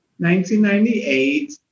1998